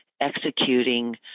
executing